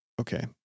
okay